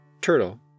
Turtle